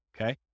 Okay